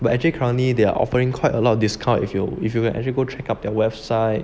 but actually currently they are offering quite a lot of discount if you if you actually go check out their website